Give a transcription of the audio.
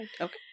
Okay